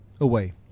away